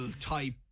type